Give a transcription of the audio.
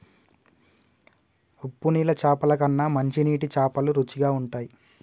ఉప్పు నీళ్ల చాపల కన్నా మంచి నీటి చాపలు రుచిగ ఉంటయ్